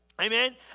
Amen